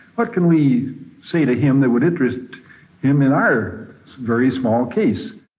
what can we say to him that would interest him in our very small case?